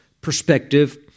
perspective